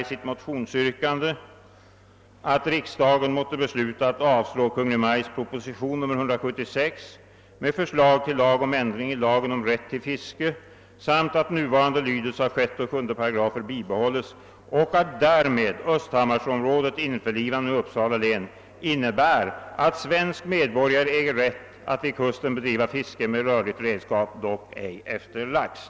I sitt motionsyrkande nu begär herr Lundberg »att riksdagen måtte besluta att avslå Kungl. Maj:ts proposition nr 176 med förslag till lag om ändring i lagen om rätt till fiske, samt att nuvarande lydelse av 6 och 7 88 bibehålles så att därmed klargöres att Östhammarområdets införlivandé med Uppsala län innebär att svensk medborgare äger rätt att vid kusten bedriva fiske med rörligt redskap, dock ej efter lax».